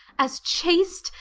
as chaste,